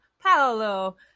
Paolo